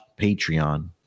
Patreon